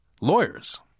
lawyers